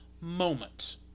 moment